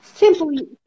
simply